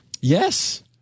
yes